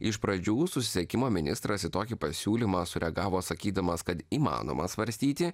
iš pradžių susisiekimo ministras į tokį pasiūlymą sureagavo sakydamas kad įmanoma svarstyti